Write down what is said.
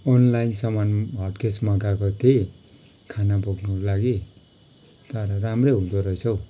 online सामान हट्केस मगाएको थिएँ खाना बोक्नुको लागि तर राम्रै हुँदो रहेछ हौ